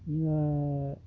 ಇನ್ನು